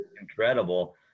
incredible